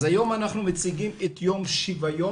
היום אנחנו מציגים את יום שוויון